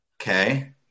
Okay